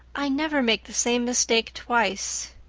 i never make the same mistake twice.